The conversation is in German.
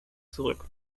zurück